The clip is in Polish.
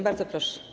Bardzo proszę.